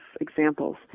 examples